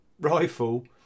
rifle